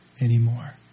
anymore